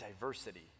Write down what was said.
diversity